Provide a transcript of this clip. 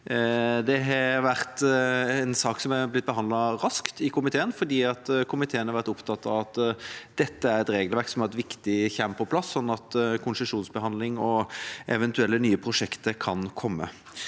som har blitt behandlet raskt i komiteen, for komiteen har vært opptatt av at det er viktig at dette regelverket kommer på plass, slik at konsesjonsbehandling og eventuelle nye prosjekter kan komme.